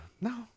no